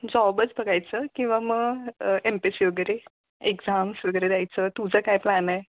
जॉबच बघायचं किंवा मग एम पी एस सी वगैरे एक्झाम्स वगैरे द्यायचं तुझं काय प्लॅन आहे